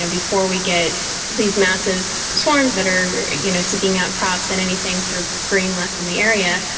ah before we get these massive swarms that are you know seeking outcrops and anything sort of green left in the area.